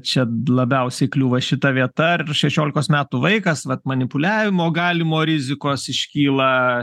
čia labiausiai kliūva šita vieta ar šešiolikos metų vaikas vat manipuliavimo galimo rizikos iškyla